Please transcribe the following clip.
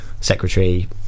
secretary